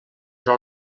però